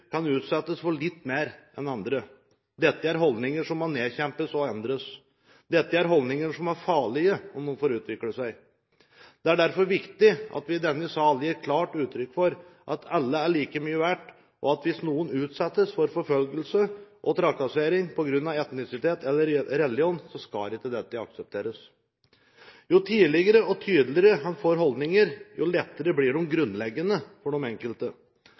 kan utsettes for litt mer enn andre. Dette er holdninger som må nedkjempes og endres. Dette er holdninger som er farlige om de får utvikle seg. Det er derfor viktig at vi i denne sal gir klart uttrykk for at alle er like mye verdt, og at hvis noen utsettes for forfølgelse og trakassering pga. etnisitet eller religion, skal ikke dette aksepteres. Jo tidligere og tydeligere man får holdninger, jo lettere blir de grunnleggende for den enkelte.